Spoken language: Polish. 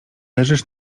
leżysz